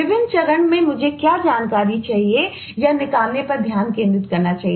विभिन्न चरणों में मुझे क्या जानकारी चाहिए या निकालने पर ध्यान केंद्रित करना चाहिए